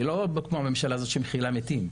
היא לא כמו הממשלה הזאת שמכילה מתים.